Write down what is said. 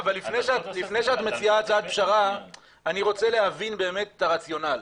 אבל לפני שאת מציעה הצעת פשרה אני רוצה להבין באמת את הרציונל.